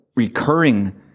recurring